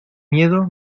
miedo